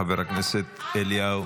חבר הכנסת אליהו.